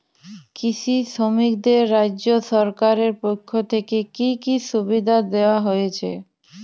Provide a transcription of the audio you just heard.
কৃষি শ্রমিকদের রাজ্য সরকারের পক্ষ থেকে কি কি সুবিধা দেওয়া হয়েছে?